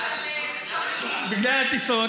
בגלל הטיסות,